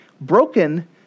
broken